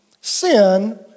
sin